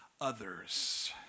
others